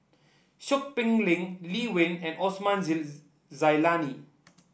Seow Peck Leng Lee Wen and Osman Zailani